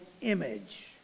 image